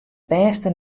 bêste